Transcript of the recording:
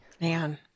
Man